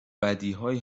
بدیهایی